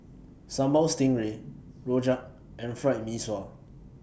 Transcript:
Sambal Stingray Rojak and Fried Mee Sua